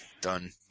done